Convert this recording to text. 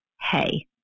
hey